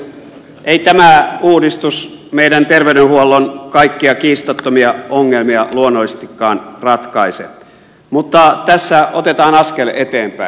ei tämä uudistus meidän terveydenhuollon kaikkia kiistattomia ongelmia luonnollisestikaan ratkaise mutta tässä otetaan askel eteenpäin